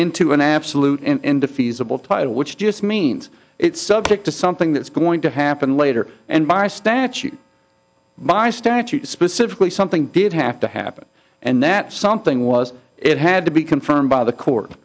title which just means it's subject to something that's going to happen later and by statute by statute specifically something did have to happen and that something was it had to be confirmed by the court